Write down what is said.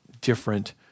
different